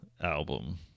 album